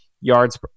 yards